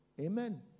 amen